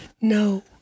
no